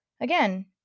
again